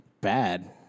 bad